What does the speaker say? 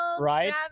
Right